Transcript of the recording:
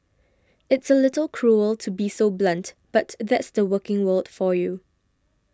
it's a little cruel to be so blunt but that's the working world for you